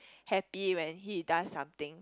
happy when he does something